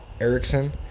Erickson